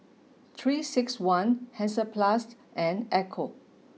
three six one Hansaplast and Ecco